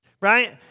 right